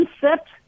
concept